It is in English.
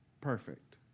perfect